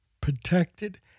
protected